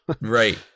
Right